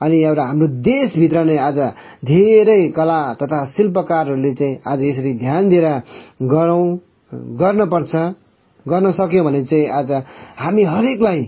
अनि एउटा हाम्रो देश भित्र नै आज धेरै कला तथा शिल्पकारहरूले चाहिँ आज यसरी ध्यान दिएर गरौँ गर्न पर्छ गर्न सक्यौँ भने चाहिँ आज हामी हरेकलाई